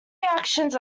reactions